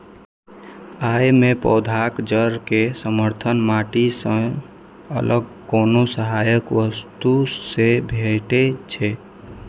अय मे पौधाक जड़ कें समर्थन माटि सं अलग कोनो सहायक वस्तु सं भेटै छै